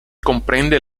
comprende